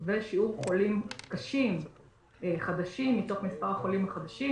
ושיעור חולים קשים חדשים מתוך מספר החולים החדשים